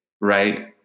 right